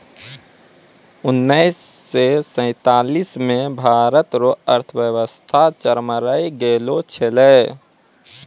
उनैस से सैंतालीस मे भारत रो अर्थव्यवस्था चरमरै गेलो छेलै